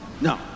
No